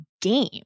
game